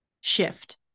shift